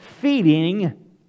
feeding